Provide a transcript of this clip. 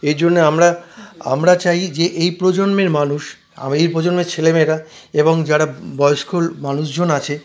এই জন্যে আমরা আমরা চাই যে এই প্রজন্মের মানুষ বা এই প্রজন্মের ছেলেমেয়েরা এবং যারা বয়স্ক মানুষজন আছে